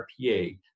RPA